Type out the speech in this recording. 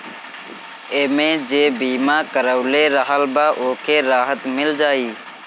एमे जे बीमा करवले रहल बा ओके राहत मिल जाई